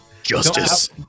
justice